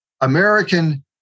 American